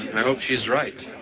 and i hope she's right.